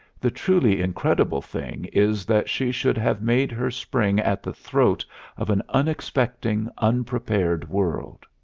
the truly incredible thing is that she should have made her spring at the throat of an unexpecting, unprepared world.